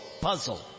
puzzle